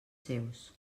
seus